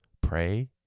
pray